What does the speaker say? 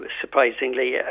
surprisingly